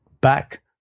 back